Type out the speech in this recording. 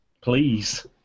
Please